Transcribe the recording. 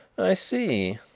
i see,